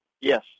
Yes